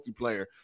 multiplayer